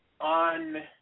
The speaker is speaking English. On